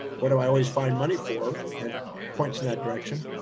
where do i always find money for, that points in that direction.